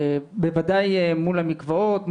בוודאי מול המקוואות,